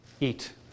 Eat